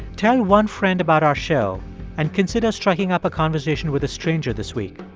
tell one friend about our show and consider striking up a conversation with a stranger this week.